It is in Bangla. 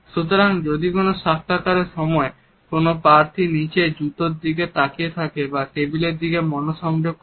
সুতরাং যদি কোন সাক্ষাৎকারের সময় কোন প্রার্থী নিচে জুতোর দিকে তাকিয়ে থাকে বা টেবিলের দিকে মনঃসংযোগ করে